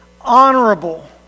honorable